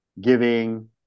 giving